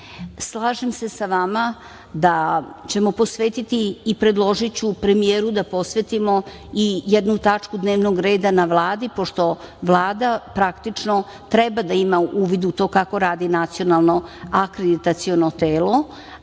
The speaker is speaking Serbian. se sa vama da ćemo posvetiti i predložiću premijeru da posvetimo jednu tačku dnevnog reda na Vladi, pošto Vlada praktično treba da ima uvid u to kako radi Nacionalno akreditaciono telo,